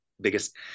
biggest